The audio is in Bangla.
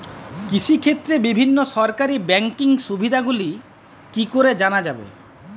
কৃষিক্ষেত্রে বিভিন্ন সরকারি ব্যকিং সুবিধাগুলি কি করে জানা যাবে?